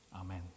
Amen